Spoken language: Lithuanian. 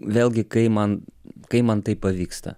vėlgi kai man kai man tai pavyksta